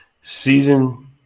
Season